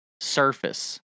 surface